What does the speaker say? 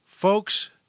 Folks